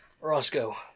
Roscoe